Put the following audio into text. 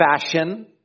fashion